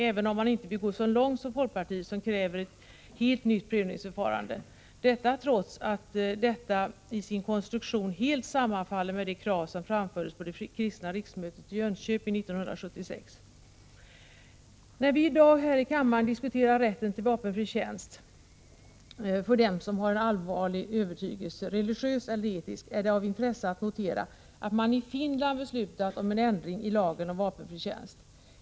Man vill dock inte gå så långt som folkpartiet, som kräver ett helt nytt prövningsförfarande. Det gör man inte trots att vårt förslag i sin konstruktion helt sammanfaller med de krav som framfördes på det Fria kristna riksmötet i Jönköping 1976. När vi i dag här i kammaren diskuterar rätten till vapenfri tjänst för dem som har en allvarlig övertygelse, religiös eller etisk, är det av intresse att notera att man i Finland har beslutat om en ändring i lagen om vapenfri tjänst.